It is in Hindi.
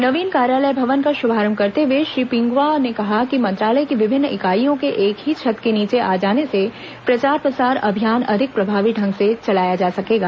नवीन कार्यालय भवन का शुभारंभ करते हए श्री पिंगुआ ने कहा कि मंत्रालय की विभिन्न इकाईयों के एक ही छत के नीचे आ जाने से प्रचार प्रसार अभियान अधिक प्रभावी ढंग से चलाया जा सकेगा